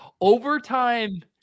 Overtime